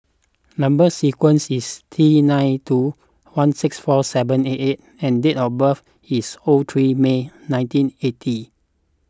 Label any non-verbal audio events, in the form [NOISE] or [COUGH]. Number Sequence is T nine two one six four seven eight [UNINTELLIGIBLE] and date of birth is O three May nineteen eighty